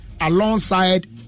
alongside